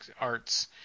Arts